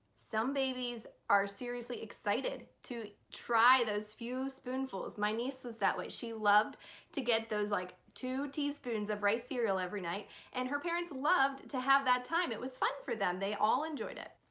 some babies are seriously excited to try those few spoonfuls my niece was that way. she loved to get those like two teaspoons of rice cereal every night and her parents loved to have that time. it was fun for them, they all enjoyed it.